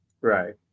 Right